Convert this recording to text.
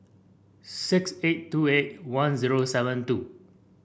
six eight two eight one zero seven two